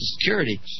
Security